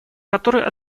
который